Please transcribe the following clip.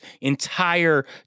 entire